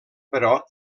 però